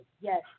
Yes